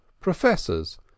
professors